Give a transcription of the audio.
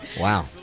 Wow